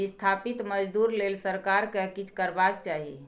बिस्थापित मजदूर लेल सरकार केँ किछ करबाक चाही